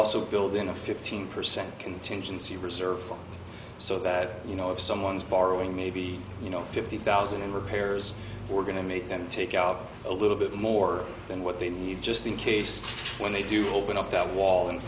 also build in a fifteen percent contingency reserve so that you know if someone's borrowing maybe you know fifty thousand in repairs we're going to make them take out a little bit more than what they need just in case when they do open up that wall and